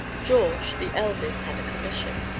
george, the eldest, had a commission,